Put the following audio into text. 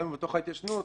גם בתוך ההתיישנות,